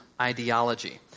ideology